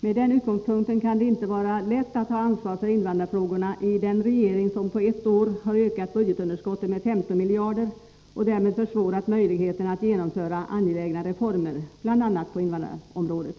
med den utgångspunkten kan det inte vara lätt att ha ansvar för invandrarfrågorna i den regering som på ett år ökat budgetunderskottet med 15 miljarder och därmed försvårat möjligheterna att genomföra angelägna reformer, bl.a. på invandrarområdet.